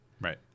Right